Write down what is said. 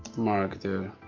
marketer.